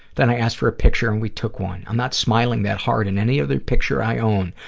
then i asked for a picture and we took one. i'm not smiling that hard in any other picture i own.